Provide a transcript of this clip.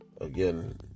again